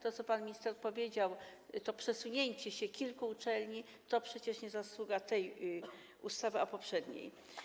To, o czym pan minister powiedział, o przesunięciu się kilku uczelni, to przecież nie zasługa tej ustawy, ale poprzedniej.